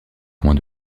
coins